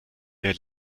der